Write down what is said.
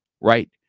Right